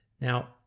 Now